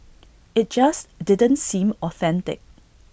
IT just didn't seem authentic